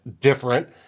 different